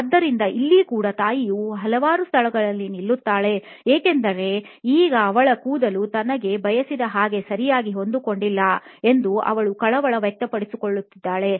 ಆದ್ದರಿಂದ ಇಲ್ಲಿ ಕೂಡ ತಾಯಿಯು ಹಲವಾರು ಸ್ಥಳಗಳಲ್ಲಿ ನಿಲ್ಲುತ್ತಾಳೆ ಏಕೆಂದರೆ ಈಗ ಅವಳ ಕೂದಲು ತಾನು ಬಯಸುವ ಹಾಗೆ ಸರಿಯಾಗಿ ಹೊಂದಿ ಕೊಂಡಿಲ್ಲ ಎಂದು ಅವಳು ಕಳವಳ ವ್ಯಕ್ತಪಡಿಸುತ್ತಾಳೆ